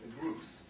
groups